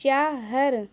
چاہ ہر